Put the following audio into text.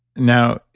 now,